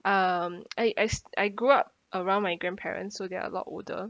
um eh I s~ I grew up around my grandparents so they're a lot older